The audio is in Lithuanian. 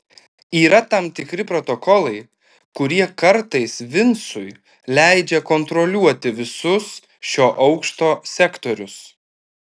yra tam tikri protokolai kurie kartais vincui leidžia kontroliuoti visus šio aukšto sektorius